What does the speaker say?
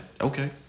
okay